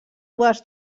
dues